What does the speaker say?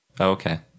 Okay